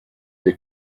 dès